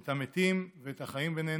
את המתים, ואת החיים בינינו,